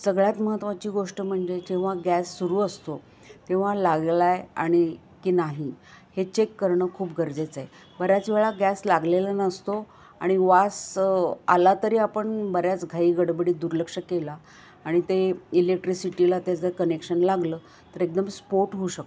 सगळ्यात महत्त्वाची गोष्ट म्हणजे जेव्हा गॅस सुरू असतो तेव्हा लागलाय आणि की नाही हे चेक करणं खूप गरजेचंय बऱ्याच वेळा गॅस लागलेला नसतो आणि वास आला तरी आपण बऱ्याच घाई गडबडीत दुर्लक्ष केला आणि ते इलेक्ट्रिसिटीला ते जर कनेक्शन लागलं तर एकदम स्फोट होऊ शकतो